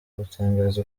gutangiza